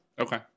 Okay